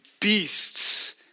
beasts